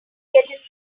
get